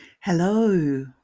Hello